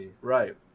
right